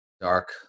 dark